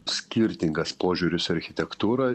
skirtingas požiūris architektūra